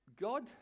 God